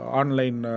online